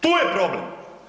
Tu je problem.